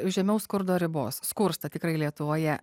vi žemiau skurdo ribos skursta tikrai lietuvoje